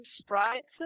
sprites